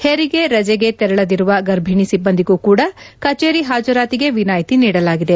ಹೆರಿಗೆ ರಜೆಗೆ ತೆರಳದಿರುವ ಗರ್ಭಿಣಿ ಸಿಬ್ಲಂದಿಗೂ ಕೂಡಾ ಕಚೇರಿ ಹಾಜರಾತಿಗೆ ವಿನಾಯ್ನಿ ನೀಡಲಾಗಿದೆ